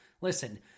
Listen